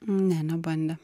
ne nebandė